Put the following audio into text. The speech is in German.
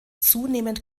zunehmend